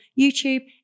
YouTube